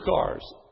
cars